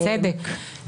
בצדק.